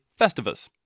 Festivus